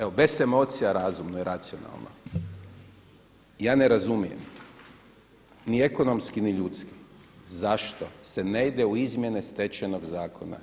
Evo bez emocija razumno i racionalno, ja ne razumijem ni ekonomski, ni ljudski zašto se ne ide u izmjene Stečajnog zakona